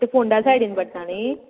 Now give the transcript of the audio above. ते फोंडा सायडीन पडटा न्ही